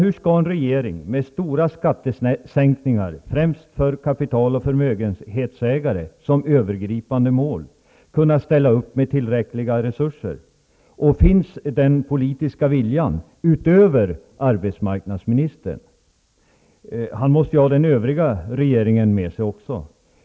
Hur skall en regering med stora skattesänkningar för främst kapital och förmögenhetsägare som övergripande mål kunna ställa upp med tillräckliga resurser? Och finns den politiska viljan utöver arbetsmarknadsministerns vilja? Han måste ju ha den övriga regeringen med sig.